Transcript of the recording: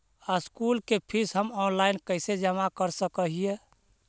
School के fees हम online कैसे जमा कर सक हिय?